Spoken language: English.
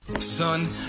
Son